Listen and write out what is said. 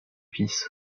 fils